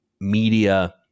media